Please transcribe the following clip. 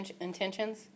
intentions